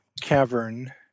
cavern